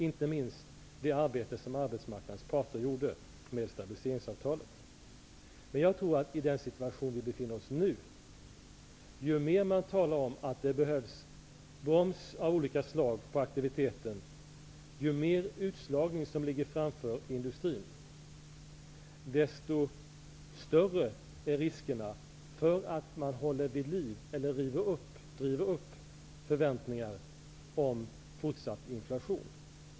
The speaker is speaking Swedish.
Inte minst betydelse hade det arbete som arbetsmarknadens parter gjorde med stabiliseringsavtalet. I den situation som vi nu befinner oss i tror jag att det är på det sättet att ju mer man talar om att det behövs bromsar av olika slag på aktiviteter och ju mer utslagning som ligger framför industrin, desto större är riskerna att man håller vid liv eller driver upp förväntningar om fortsatt inflation.